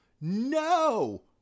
No